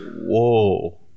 whoa